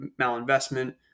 malinvestment